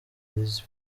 visi